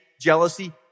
jealousy